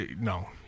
no